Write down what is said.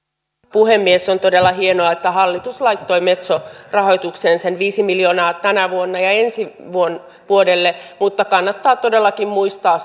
puhemies on todella hienoa että hallitus laittoi metso rahoitukseen sen viisi miljoonaa tänä vuonna ja ensi vuodelle mutta kannattaa todellakin muistaa